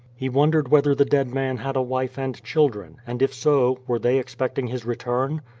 he wondered whether the dead man had a wife and children, and, if so, were they expecting his return?